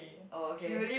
oh okay